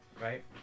right